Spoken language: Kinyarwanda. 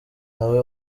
nawe